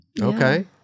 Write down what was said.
Okay